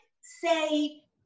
say